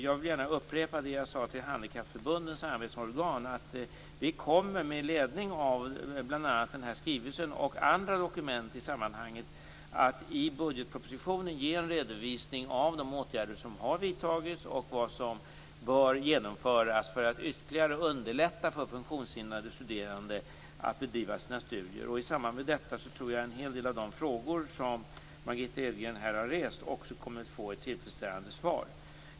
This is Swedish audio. Jag vill gärna upprepa det som jag sade till Handikappförbundens samarbetsorgan, att vi, med ledning av bl.a. denna skrivelse och andra dokument i sammanhanget, i budgetpropositionen kommer att ge en redovisning av de åtgärder som har vidtagits och av vad som bör genomföras för att ytterligare underlätta för funktionshindrade studerande att bedriva sina studier. I samband med detta tror jag att en hel del av de frågor som Margitta Edgren här har rest också kommer att få ett tillfredsställande svar.